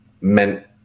meant